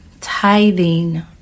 tithing